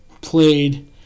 played